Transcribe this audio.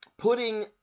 putting